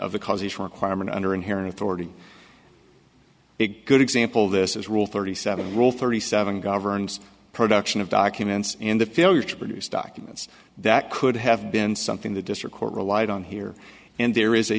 of the causes requirement under inherent authority big good example this is rule thirty seven rule thirty seven governs production of documents and the failure to produce documents that could have been something the district court relied on here and there is a